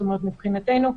מבחינתנו,